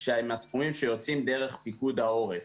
שהם הסכומים שיוצאים דרך פיקוד העורף.